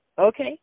Okay